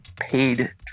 paid